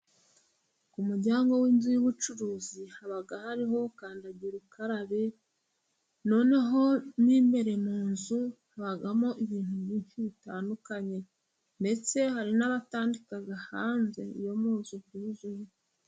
Ku muryango w'inzu y'ubucuruzi haba hariho kandagira ukarabe, noneho n'imbere mu nzu habamo ibintu byinshi bitandukanye ,ndetse hari n'abatandika hanze ,iyo mu nzu byuzuye.